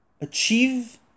achieve